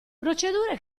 procedure